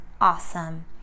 Awesome